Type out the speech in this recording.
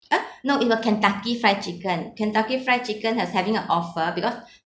ah no it was kentucky fried chicken kentucky fried chicken has having a offer because